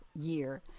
year